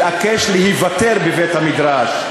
התעקש להיוותר בבית-המדרש,